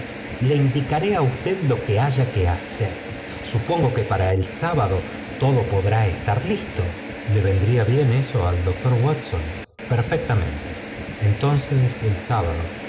le indicaré á usted lo que haya que hacer supongo que para el sábado todo podrá estar listo le vendría bien eso al doctor watson perfectamente entonces el sábado